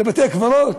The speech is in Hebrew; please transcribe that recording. לבתי-קברות?